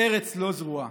בארץ לא זרועה".